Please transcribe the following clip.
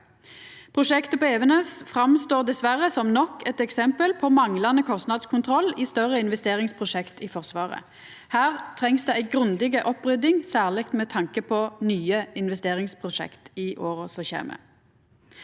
Prosjektet på Evenes står dessverre fram som nok eit eksempel på manglande kostnadskontroll i større investeringsprosjekt i Forsvaret. Her treng me ei grundig opprydding, særleg med tanke på nye investeringsprosjekt i åra som kjem.